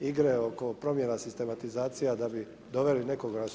igre oko promjena sistematizacija da bi doveli nekoga u svoj tim.